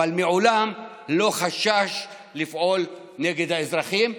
אבל מעולם, לא חשש לפעול נגד האזרחים.